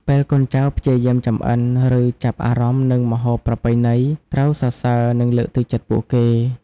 ពេលកូនចៅព្យាយាមចម្អិន ឬចាប់អារម្មណ៍នឹងម្ហូបប្រពៃណី ត្រូវសរសើរ និងលើកទឹកចិត្តពួកគេ។